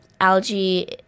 algae